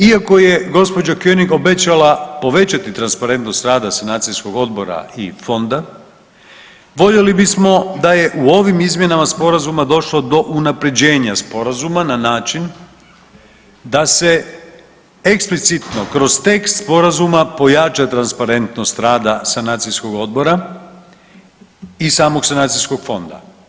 Iako je gđa. Konig obećala povećati transparentnost rada sanacijskog odbora i fonda voljeli bismo da je u ovim izmjenama sporazuma došlo do unaprjeđenja sporazuma na način da se eksplicitno kroz tekst sporazuma pojača transparentnost rada sanacijskog odbora i samog sanacijskog fonda.